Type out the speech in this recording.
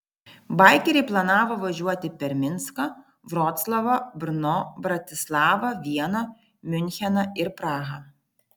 baikeriai planavo važiuoti per minską vroclavą brno bratislavą vieną miuncheną ir prahą